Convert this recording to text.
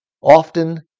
often